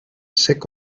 sick